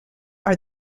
are